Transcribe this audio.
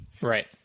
Right